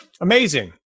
amazing